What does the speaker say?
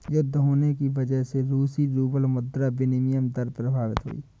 युद्ध होने की वजह से रूसी रूबल मुद्रा विनिमय दर प्रभावित हुई